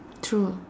true